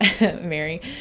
Mary